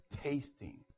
tasting